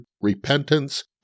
repentance